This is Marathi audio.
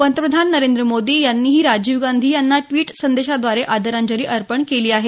पंतप्रधान नरेंद्र मोदी यांनीही राजीव गांधी यांना ट्वीट संदेशाद्वारे आदरांजली अर्पण केली आहे